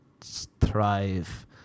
thrive